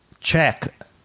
Check